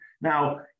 Now